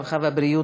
הרווחה והבריאות,